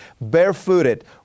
barefooted